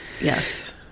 Yes